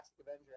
Avenger